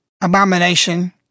abomination